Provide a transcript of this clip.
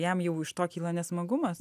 jam jau iš to kyla nesmagumas